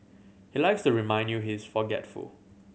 he likes to remind you he is forgetful